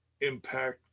Impact